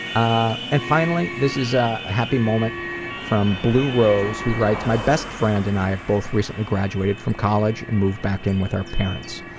ah and finally, this is a happy moment from blue rose who writes, my best friend and i have both recently graduated from college and moved back in with our parents.